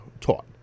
taught